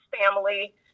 family